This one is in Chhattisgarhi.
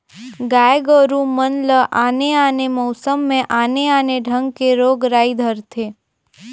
गाय गोरु मन ल आने आने मउसम में आने आने ढंग के रोग राई धरथे